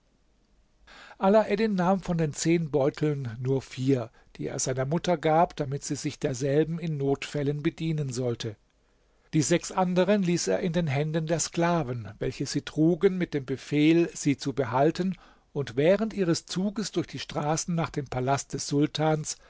alaeddin nahm von den zehn beuteln nur vier die er seiner mutter gab damit sie sich derselben in notfällen bedienen sollte die sechs anderen ließ er in den händen der sklaven welche sie trugen mit dem befehl sie zu behalten und während ihres zuges durch die straßen nach dem palast des sultans